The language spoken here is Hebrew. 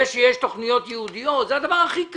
זה שיש תוכניות ייעודיות, זה הדבר הכי קל.